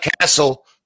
castle